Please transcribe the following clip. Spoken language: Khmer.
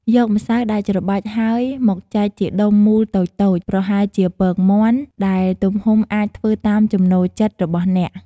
យកម្សៅដែលច្របាច់ហើយ មកចែកជាដុំមូលតូចៗប្រហែលជាពងមាន់ ដែលទំហំអាចធ្វើតាមចំណូលចិត្តរបស់អ្នក។